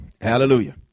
Hallelujah